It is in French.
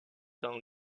dans